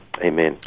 Amen